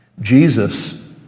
Jesus